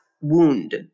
wound